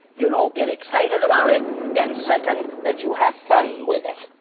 you know, get excited about it and second that you have fun with it.